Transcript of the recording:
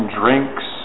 drinks